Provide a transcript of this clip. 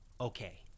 Okay